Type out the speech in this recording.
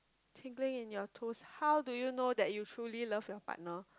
tingling in your toes how do you know that you truly love your partner